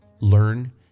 learn